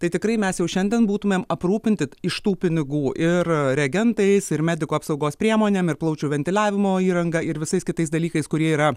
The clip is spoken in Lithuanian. tai tikrai mes jau šiandien būtumėm aprūpinti iš tų pinigų ir reagentais ir medikų apsaugos priemonėm ir plaučių ventiliavimo įranga ir visais kitais dalykais kurie yra